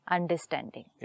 Understanding